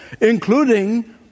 including